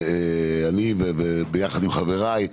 אני וביחד עם חבריי,